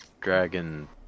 Dragon